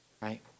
right